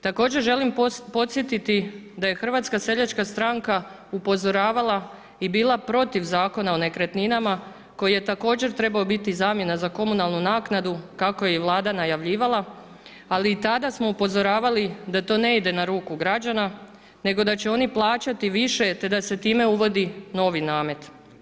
Također želim podsjetiti da je Hrvatska seljačka stranka upozoravala i bila protiv Zakona o nekretninama koji je također trebao biti zamjena za komunalnu naknadu kako je i Vlada najavljivala, ali i tada smo upozoravali da to ne ide na ruku građana nego da će oni plaćati više, te da se time uvodi novi namet.